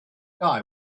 guy